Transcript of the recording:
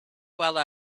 while